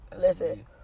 listen